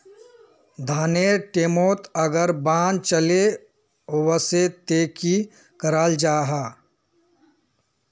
धानेर टैमोत अगर बान चले वसे ते की कराल जहा?